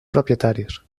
propietaris